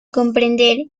comprender